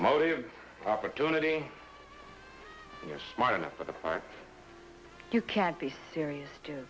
motive and opportunity you're smart enough for the part you can't be serious